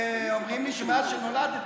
אומרים לי שזה מאז שנולדתי.